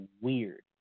weird